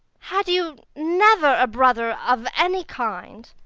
had you never a brother of any kind?